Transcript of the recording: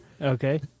okay